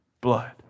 blood